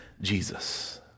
Jesus